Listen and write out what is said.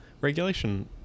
regulation